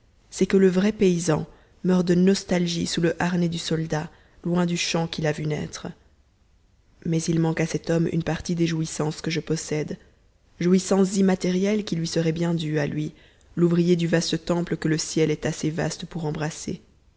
c'est que le vrai paysan meurt de nostalgie sous le harnais du soldat loin du champ qui l'a vu naître mais il manque à cet homme une partie des jouissances que je possède jouissances immatérielles qui lui seraient bien dues à lui l'ouvrier du vaste temple que le ciel est assez vaste pour embrasser